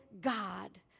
God